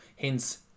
hence